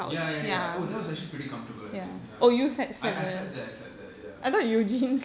ya ya ya oh that was actually pretty comfortable I think ya I I slept there I slept there ya